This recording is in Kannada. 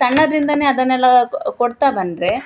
ಸಣ್ಣದರಿಂದನೆ ಅದನ್ನೆಲ್ಲ ಕೊಡ್ತ ಬಂದರೆ